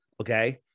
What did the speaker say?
okay